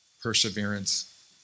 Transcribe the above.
Perseverance